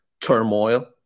turmoil